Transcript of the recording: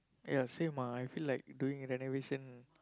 ya same ah I feel like doing renovation